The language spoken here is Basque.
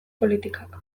politikak